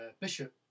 bishop